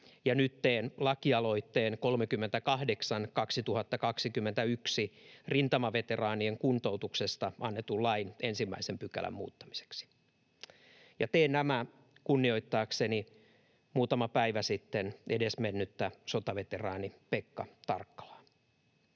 nyt teen lakialoitteen 38/2021 rintamaveteraanien kuntoutuksesta annetun lain 1 §:n muuttamiseksi. Teen nämä kunnioittaakseni muutama päivä sitten edesmennyttä sotaveteraani Pekka Tarkkalaa,